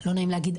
שלא נעים להגיד,